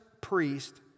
priest